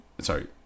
Sorry